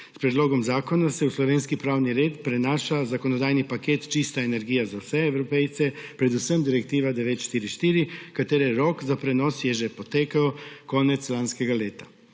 S predlogom zakona se v slovenski pravni red prenaša zakonodajni paket Čista energija za vse Evropejce, predvsem direktiva 944, katere rok za prenos je že potekel konec lanskega leta.